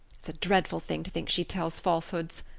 it's a dreadful thing to think she tells falsehoods.